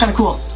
and cool.